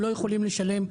הם לא יכולים לשלם תשלומים.